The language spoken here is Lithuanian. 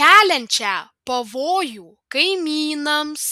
keliančią pavojų kaimynams